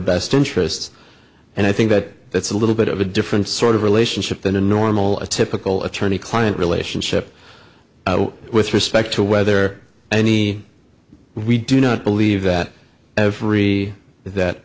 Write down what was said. best interests and i think that that's a little bit of a different sort of relationship than a normal a typical attorney client relationship with respect to whether any we do not believe that every that